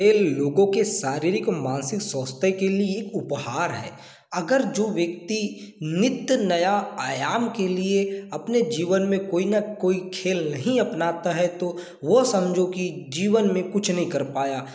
ये लोगों के शारीरिक मानसिक स्वास्थ्य के लिए एक उपहार है अगर जो व्यक्ति नित नया आयाम के लिए अपने जीवन मे कोई ना कोई खेल नहीं अपनाता है तो वो समझो की जीवन में कुछ नहीं कर पाया